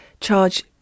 charge